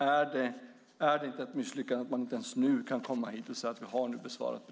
Är det inte ett misslyckande att justitieministern inte ens nu kan komma hit och säga att brevet har besvarats?